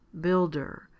builder